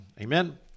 Amen